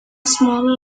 smaller